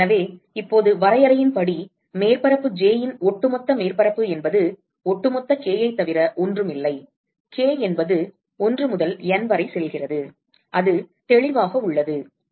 எனவே இப்போது வரையறையின்படி மேற்பரப்பு j இன் ஒட்டுமொத்த மேற்பரப்பு என்பது ஒட்டுமொத்த k ஐ தவிர ஒன்றும் இல்லை k என்பது 1 முதல் n வரை செல்கிறது அது தெளிவாக உள்ளது